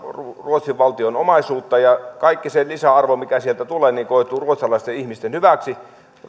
ruotsin valtion omaisuudeksi ja kaikki se lisäarvo mikä sieltä tulee koituu ruotsalaisten ihmisten hyväksi